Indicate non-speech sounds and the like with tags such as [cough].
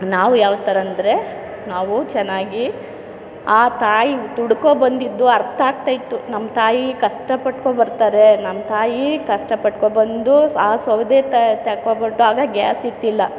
ನಾವು ಯಾವ ಥರ ಅಂದರೆ ನಾವು ಚೆನ್ನಾಗಿ ಆ ತಾಯಿ ದುಡ್ಕೊ ಬಂದಿದ್ದು ಅರ್ಥ ಆಗ್ತಾಯಿತ್ತು ನಮ್ಮ ತಾಯಿ ಕಷ್ಟ ಪಟ್ಕೊಂಡ್ಬರ್ತಾರೆ ನಮ್ಮ ತಾಯಿ ಕಷ್ಟ ಪಟ್ಕೊಂಡ್ಬಂದು ಆ ಸೌದೆ [unintelligible] ಆಗ ಗ್ಯಾಸ್ ಇತ್ತಿಲ್ಲ